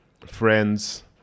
Friends